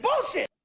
bullshit